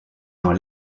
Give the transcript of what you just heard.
dans